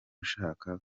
ushaka